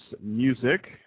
music